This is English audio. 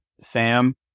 Sam